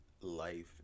life